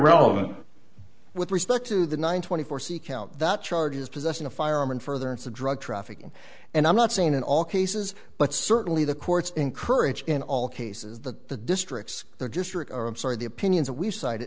relevant with respect to the nine twenty four c count that charges possessing a firearm in furtherance of drug trafficking and i'm not saying in all cases but certainly the courts encourage in all cases that the districts the district or i'm sorry the opinions we cited